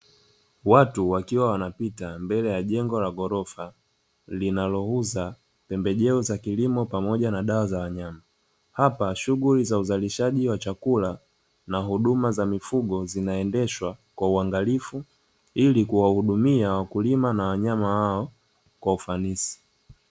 Watu wakiwa wanapita mbele ya jengo la ghorofa, linalouza pembejeo za kilimo pamoja na dawa za wanyama. Hapa shughuli za uzalishaji wa chakula na huduma za mifugo, zinaendeshwa, kwa uangalifu, ili kuwahudumia wakulima na wanyama wao kwa ufanisi.